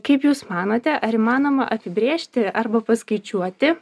kaip jūs manote ar įmanoma apibrėžti arba paskaičiuoti